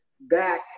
back